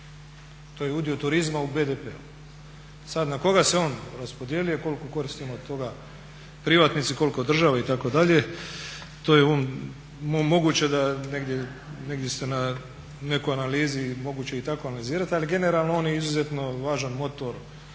to je udio turizma u BDP-u. Sad na koga se on raspodijelio i koliku korist imaju privatnici a koliko država itd. to je moguće da negdje ste na nekoj analizi moguće i tako analizirati, ali generalno on je izuzetno važan motor